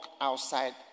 outside